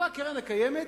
שלפיו קרן קיימת